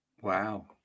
Wow